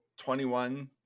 21